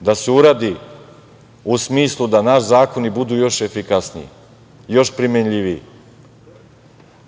da se uradi u smislu da naši zakoni budu još efikasniji, još primenljiviji.